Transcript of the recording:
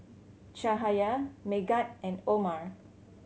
Cahaya Megat and Omar